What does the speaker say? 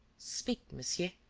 speak, monsieur.